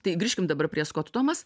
tai grįžkim dabar prie skot tomas